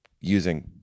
using